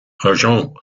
argent